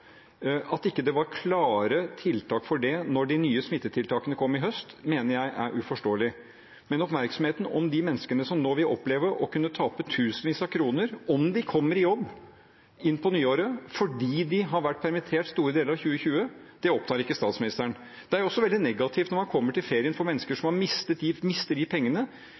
at det ikke var klare tiltak for det da de nye smittetiltakene kom i høst, mener jeg er uforståelig. Men oppmerksomheten om de menneskene som nå vil oppleve å kunne tape tusenvis av kroner om de kommer i jobb på nyåret, fordi de har vært permittert store deler av 2020, det opptar ikke statsministeren. Det er også veldig negativt for mennesker som mister de pengene, når man kommer til ferien. De får antageligvis ikke råd til å ta ferie, om de